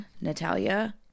Natalia